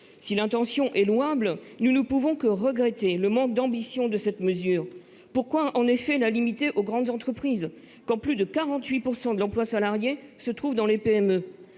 Si l'intention est louable, nous ne pouvons que regretter le manque d'ambition de cette mesure. Pourquoi la limiter aux grandes entreprises, quand plus de 48 % de l'emploi salarié se trouve dans les PME ?